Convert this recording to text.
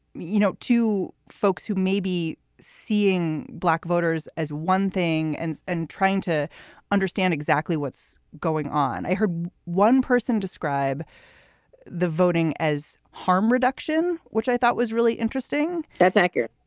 you know, to folks who may be seeing black voters as one thing and and trying to understand exactly what's going on. i heard one person describe the voting as harm reduction, which i thought was really interesting. that's accurate.